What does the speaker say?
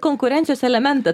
konkurencijos elementą